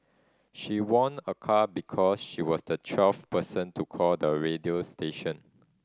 she won a car because she was the twelfth person to call the radio station